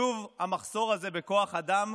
שוב המחסור הזה בכוח אדם,